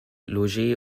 loger